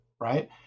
right